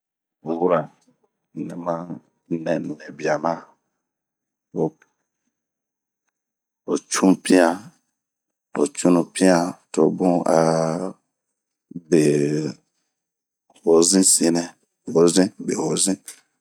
wura nɛma nɛɛbanina ho cunpian, tobun aa behozin sine, hozin ,behozin.